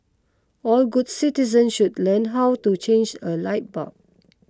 all good citizen should learn how to change a light bulb